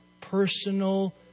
personal